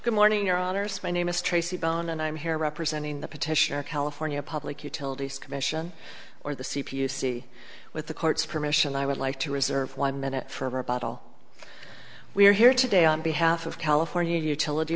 good morning your honour's my name is tracy bone and i'm here representing the petitioner california public utilities commission or the c p you see with the court's permission i would like to reserve one minute for about all we're here today on behalf of california utility